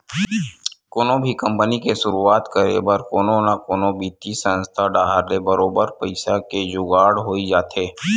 कोनो भी कंपनी के सुरुवात करे बर कोनो न कोनो बित्तीय संस्था डाहर ले बरोबर पइसा के जुगाड़ होई जाथे